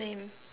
same